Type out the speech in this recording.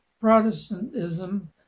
Protestantism